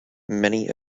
many